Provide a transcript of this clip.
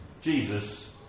Jesus